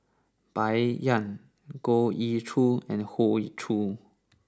Bai Yan Goh Ee Choo and Hoey Choo